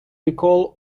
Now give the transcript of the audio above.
recall